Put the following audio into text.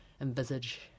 envisage